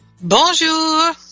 Bonjour